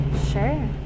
sure